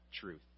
truth